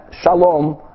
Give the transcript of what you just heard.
shalom